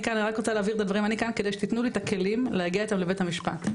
כדי שתתנו לי את הכלים להגיע איתם לבית המשפט,